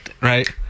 Right